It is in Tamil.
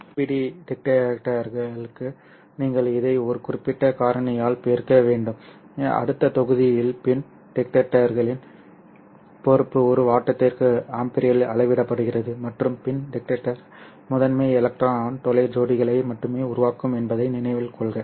ஒரு ஏபிடி டிடெக்டருக்கு நீங்கள் இதை ஒரு குறிப்பிட்ட காரணியால் பெருக்க வேண்டும் அடுத்த தொகுதியில் பின் டிடெக்டர்களின் பொறுப்பு ஒரு வாட்டிற்கு ஆம்பியரில் அளவிடப்படுகிறது மற்றும் பின் டிடெக்டர்கள் முதன்மை எலக்ட்ரான் துளை ஜோடிகளை மட்டுமே உருவாக்கும் என்பதை நினைவில் கொள்க